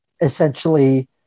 essentially